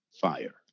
fire